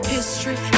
History